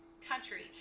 country